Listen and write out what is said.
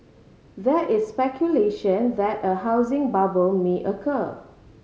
there is speculation that a housing bubble may occur